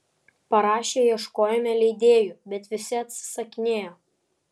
parašę ieškojome leidėjų bet visi atsisakinėjo